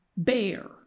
bear